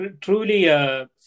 truly